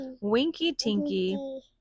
winky-tinky